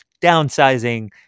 downsizing